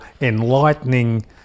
enlightening